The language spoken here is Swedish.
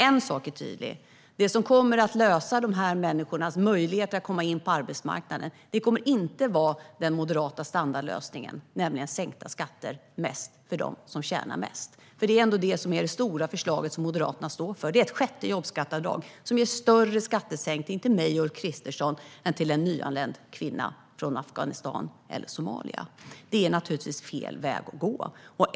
En sak är tydlig: Det som kommer att lösa dessa människors möjligheter att komma in på arbetsmarknaden är inte den moderata standardlösningen, nämligen sänkta skatter för dem som tjänar mest. Det är det stora förslaget som Moderaterna står för - ett sjätte jobbskatteavdrag som ger en större skattesänkning för mig och Ulf Kristersson men inte för en nyanländ kvinna från Afghanistan eller Somalia. Det är naturligtvis fel väg att gå.